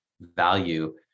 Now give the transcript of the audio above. value